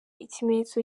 ikimenyetso